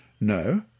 No